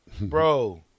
Bro